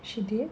she did